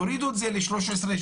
תורידו את זה ל-13,750